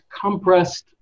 compressed